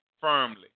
firmly